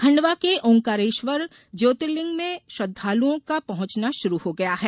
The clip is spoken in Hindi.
खण्डवा के ओंकारेश्वर ज्यातिर्लिंग में श्रद्धालुओं का पहंचना शुरू हो गया है